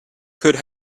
could